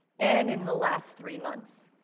and in the last three months.